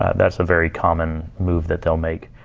ah that's a very common move that they'll make.